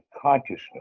consciousness